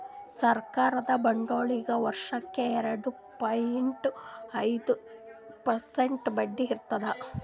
ಸರಕಾರದ ಬಾಂಡ್ಗೊಳಿಗ್ ವರ್ಷಕ್ಕ್ ಎರಡ ಪಾಯಿಂಟ್ ಐದ್ ಪರ್ಸೆಂಟ್ ಬಡ್ಡಿ ಇರ್ತದ್